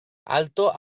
alto